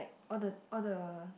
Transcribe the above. like all the all the